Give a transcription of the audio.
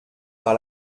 par